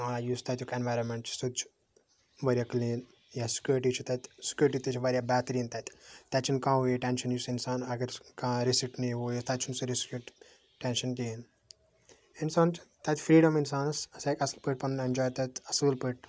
یُس تتیُک ایٚنوایرمنٹ چھُ سُہ تہِ چھُ واریاہ کلیٖن یتھ سکیورٹی چھِ تَتہِ سکیورٹی تہِ چھِ واریاہ بہتریٖن تَتہِ تَتہ چھُنہٕ کانٛہہ ٹینشَن یُس اِنسان اگر کانٛہہ رِسک نِیہ ہُہ یہِ تَتہِ چھُ نہٕ رِسکُک ٹینشَن کِہیٖنۍ اِنسان چھُ تَتہِ چھِ فریٖڈَم اِنسانَس اصل پٲٹھۍ پَنُن ایٚنجاے تَتہِ اصٕل پٲٹھۍ